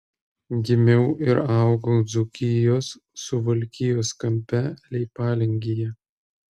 gimiau ir augau dzūkijos suvalkijos kampe leipalingyje